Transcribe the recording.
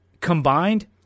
Combined